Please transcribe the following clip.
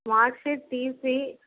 mark sheet DC